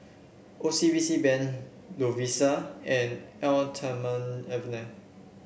O C B C Bank Lovisa and Eau Thermale Avene